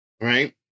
right